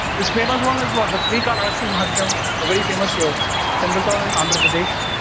this famous one was but but srikalahasti mahatyam a very famous ah temple town in andhra pradesh.